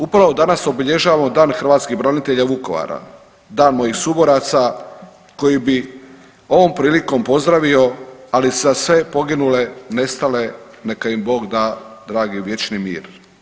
Upravo danas obilježavamo Dan hrvatskih branitelja Vukovara, dan mojih suboraca koje bi ovom prilikom pozdravio, ali za sve poginule i nestale neka im Bog da dragi vječni mir.